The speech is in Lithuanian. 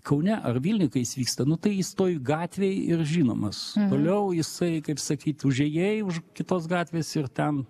kaune ar vilniuj kai jis vyksta nu tai jis toj gatvėj ir žinomas toliau jisai kaip sakyt užėjai už kitos gatvės ir ten